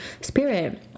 spirit